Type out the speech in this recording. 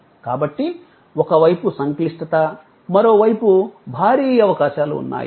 కాబట్టి ఒక వైపు సంక్లిష్టత మరోవైపు భారీ అవకాశాలు ఉన్నాయి